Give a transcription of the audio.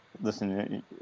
Listen